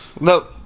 No